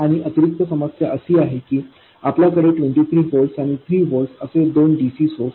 आणि अतिरिक्त समस्या अशी आहे की आपल्याकडे 23 व्होल्ट आणि 3 व्होल्ट असे दोन dc सोर्स आहेत